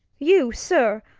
you, sir,